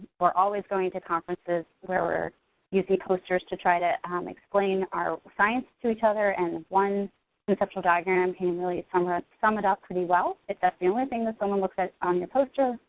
we're always going to conferences where you see posters to try to um explain our science to each other and one conceptual diagram can really somewhat sum it up pretty well. if that's the only thing that someone looks at on your poster,